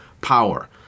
power